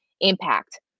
impact